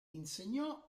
insegnò